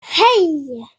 hey